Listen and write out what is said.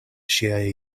ŝiaj